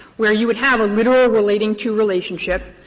where you would have a literal relating to relationship,